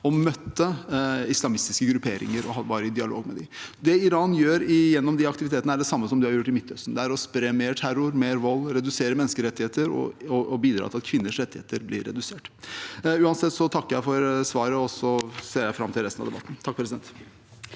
og møtte islamistiske grupperinger og var i dialog med dem. Det Iran gjør gjennom de aktivitetene, er det samme som de har gjort i Midtøsten; det er å spre mer terror, mer vold, redusere menneskerettigheter og bidra til at kvinners rettigheter blir redusert. Uansett: Jeg takker for svaret, og så ser jeg fram til resten av debatten. Ingrid